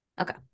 Okay